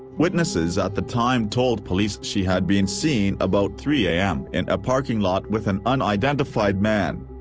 witnesses at the time told police she had been seen about three am in a parking lot with an unidentified man.